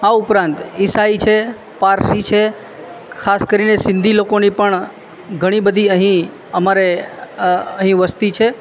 આ ઉપરાંત ઈસાઈ છે પારસી છે ખાસ કરીને સિંધી લોકોની પણ ઘણીબધી અહીં અમારે અહીં વસ્તી છે